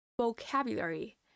vocabulary